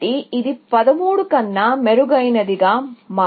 ఇది 13 కన్నా మెరుగైనదిగా మారదు